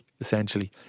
essentially